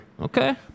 Okay